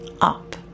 up